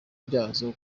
byazo